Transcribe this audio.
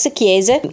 chiese